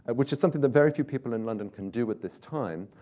but which is something that very few people in london can do at this time.